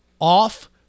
off